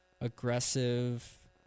aggressive